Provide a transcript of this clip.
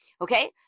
Okay